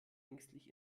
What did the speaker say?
ängstlich